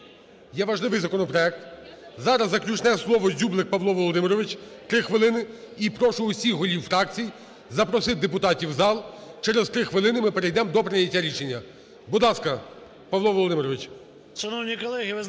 є важливий законопроект. Зараз заключне слово - Дзюблик Павло Володимирович, 3 хвилини. І прошу усіх голів фракцій запросити депутатів в зал, через 3 хвилини ми перейдем до прийняття рішення. Будь ласка, Павло Володимирович.